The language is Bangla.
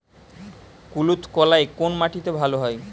কুলত্থ কলাই কোন মাটিতে ভালো হয়?